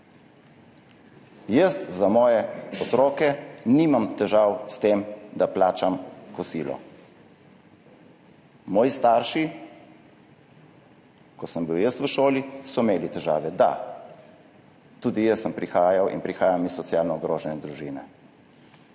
Jaz za moje otroke nimam težav s tem, da plačam kosilo. Moji starši, ko sem bil jaz v šoli, so imeli težave. Da, tudi jaz sem prihajal in prihajam iz socialno ogrožene družine.